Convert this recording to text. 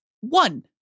one